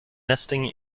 nesting